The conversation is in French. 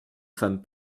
femmes